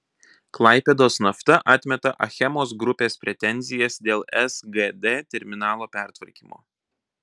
klaipėdos nafta atmeta achemos grupės pretenzijas dėl sgd terminalo pertvarkymo